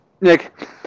Nick